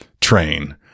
train